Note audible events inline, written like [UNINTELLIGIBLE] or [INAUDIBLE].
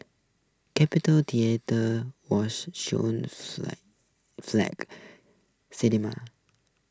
capitol theatre was Shaw's [UNINTELLIGIBLE] flag cinema